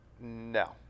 no